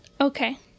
Okay